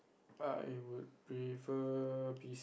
I would prefer